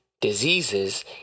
diseases